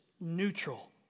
neutral